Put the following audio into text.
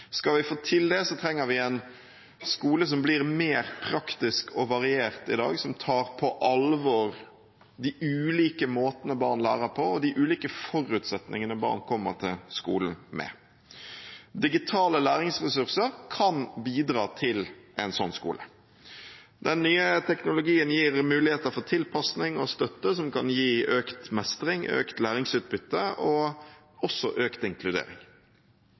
Skal vi få til det, trenger vi en skole som blir mer praktisk og variert enn i dag, som tar på alvor de ulike måtene barn lærer på, og de ulike forutsetningene barn kommer til skolen med. Digitale læringsressurser kan bidra til en slik skole. Den nye teknologien gir muligheter for tilpassing og støtte som kan gi økt mestring, økt læringsutbytte og også økt inkludering.